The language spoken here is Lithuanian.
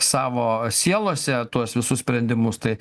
savo sielose tuos visus sprendimus tai